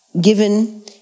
given